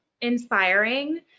inspiring